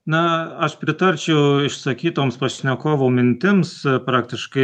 na aš pritarčiau išsakytoms pašnekovų mintims praktiškai